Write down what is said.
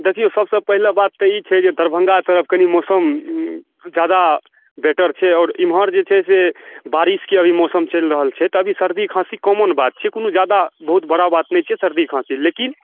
देखिऔ सभसँ पहिले बात ई छै जे कि दरभङ्गा तरफ कनि मौसम कनि जादा बेटर छै आओर इम्हर जे छै से बारिशके अभी मौसम चलि रहल छै तब ई सर्दी खासी कॉमन बात छै कोनो बहुत जादा बड़ा बात नहि छै सर्दी खाॅंसी लेकिन